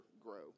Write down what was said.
grow